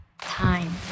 time